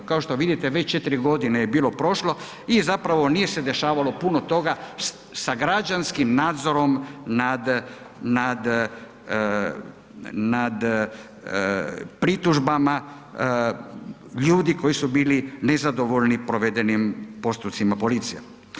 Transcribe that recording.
Kao što vidite već 4 godine je bilo prošlo i zapravo nije se dešavalo puno toga sa građanskim nadzorom nad, nad pritužbama ljudi koji su bili nezadovoljni provedenim postupcima policije.